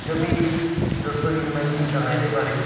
ਜਮਾਂ ਜੀ ਦੱਸੋ ਜੀ ਹੁਣ ਮੈਂ ਕੀ ਕਹਾਂ ਇਹਦੇ ਬਾਰੇ